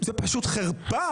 זאת פשוט חרפה